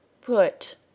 put